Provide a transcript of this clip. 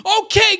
Okay